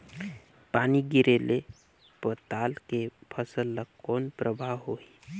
पानी गिरे ले पताल के फसल ल कौन प्रभाव होही?